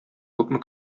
күпме